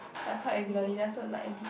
like quite regularly lah so like a bit